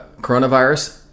coronavirus